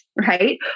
right